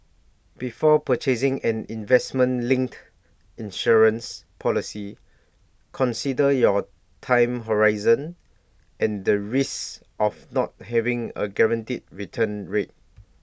before purchasing an investment linked insurance policy consider your time horizon and the risks of not having A guaranteed return rate